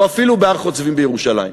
או אפילו בהר-חוצבים בירושלים.